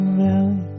valley